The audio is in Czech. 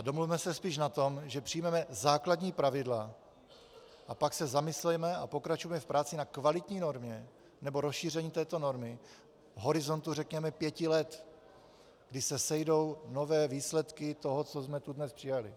Domluvme se spíš na tom, že přijmeme základní pravidla, a pak se zamysleme a pokračujme v práci na kvalitní normě nebo rozšíření této normy v horizontu, řekněme, pěti let, kdy se sejdou nové výsledky toho, co jsme tu dnes přijali.